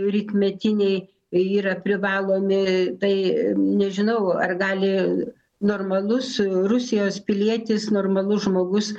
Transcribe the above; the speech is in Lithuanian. rytmetiniai yra privalomi tai nežinau ar gali normalus rusijos pilietis normalus žmogus